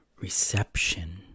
reception